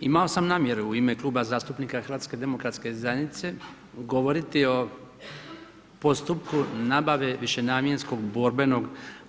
Imao sam namjeru u ime Kluba zastupnika HDZ-a govoriti o postupku nabave višenamjenskog borbenog